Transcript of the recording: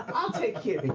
i'll take kiri,